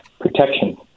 protection